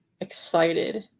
excited